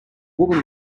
woman